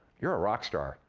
you're a rockstar,